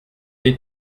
est